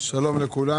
שלום לכולם.